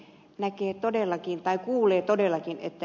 näkee todellakin tai kuulee että ed